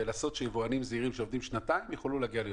ולעשות כך שיבואנים זעירים שעובדים שנתיים יוכלו להגיע ליותר.